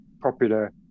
popular